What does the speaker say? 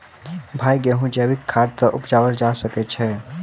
भाई गेंहूँ जैविक खाद सँ उपजाल जा सकै छैय?